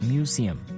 Museum